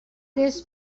this